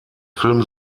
film